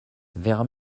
vers